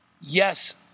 Yes